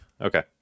okay